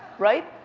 right?